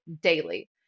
daily